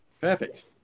perfect